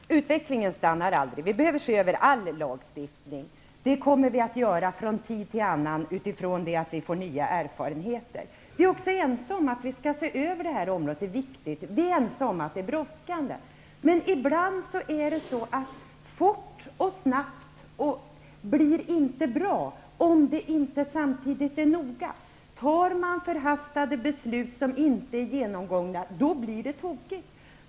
Herr talman! Utvecklingen stannar aldrig. Vi behöver se över all lagstiftning. Det kommer vi att göra från tid till annan utifrån att vi får nya erfarenheter. Vi är ense om att vi skall se över detta område. Det är viktigt. Vi är också ense om att det är brådskande. Men om något sker fort blir det inte alltid bra, om det inte samtidigt sker noggrant. Om man fattar förhastade beslut som inte är ordentligt genomtänkta blir det tokigt.